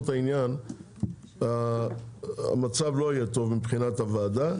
את העניין המצב לא יהיה טוב מבחינת הוועדה.